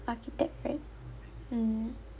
architect right mmhmm